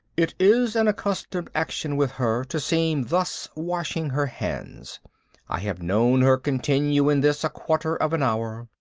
it is an accustomed action with her, to seem thus washing her hands i have known her continue in this a quarter of an hour.